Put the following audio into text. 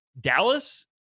Dallas